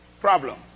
Problem